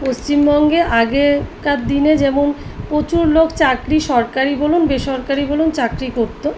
পশ্চিমবঙ্গে আগেকার দিনে যেমন প্রচুর লোক চাকরি সরকারি বলুন বেসরকারি বলুন চাকরি করত